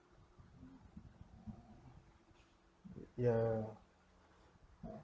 yeah